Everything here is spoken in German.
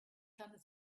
tanne